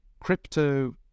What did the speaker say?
crypto